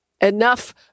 enough